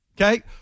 Okay